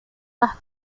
las